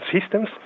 systems